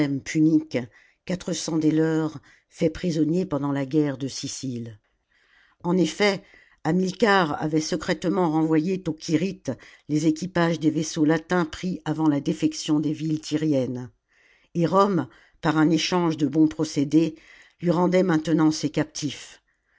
des leurs faits prisonniers pendant la guerre de sicile en effet hamilcar avait secrètement renvoyé aux quirites les équipages des vaisseaux latins pris avant la défection des villes tyriennes et rome par un échange de bons procédés lui rendait maintenant ses captifs